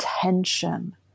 attention